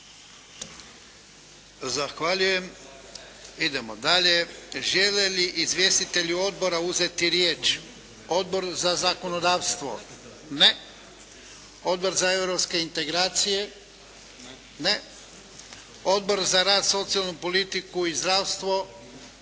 Zahvaljujem. Idemo dalje. Žele li izvjestitelji odbora uzeti riječ? Odbor za zakonodavstvo? Ne. Odbor za europske integracije? Ne. Odbor za rad, socijalnu politiku i zdravstvo? Ne.